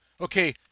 Okay